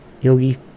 Yogi